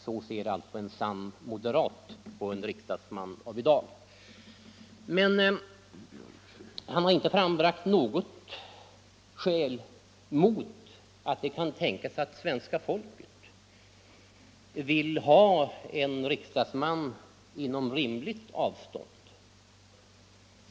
Så ser alltså en sann moderat på en riksdagsman av i dag! Men han har inte frambragt något skäl mot att det kan tänkas att svenska folket vill ha en riksdagsman inom rimligt avstånd.